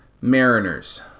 Mariners